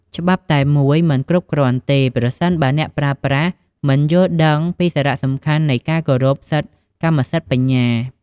ច្បាប់តែមួយមិនគ្រប់គ្រាន់ទេ ប្រសិនបើអ្នកប្រើប្រាស់មិនយល់ដឹងពីសារៈសំខាន់នៃការគោរពសិទ្ធិកម្មសិទ្ធិបញ្ញា។